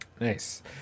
Nice